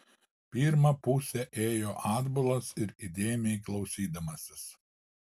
pirmą pusę ėjo atbulas ir įdėmiai klausydamasis